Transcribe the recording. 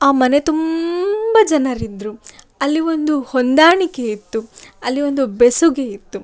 ಆ ಮನೆ ತುಂಬ ಜನರಿದ್ದರು ಅಲ್ಲಿ ಒಂದು ಹೊಂದಾಣಿಕೆ ಇತ್ತು ಅಲ್ಲಿ ಒಂದು ಬೆಸುಗೆ ಇತ್ತು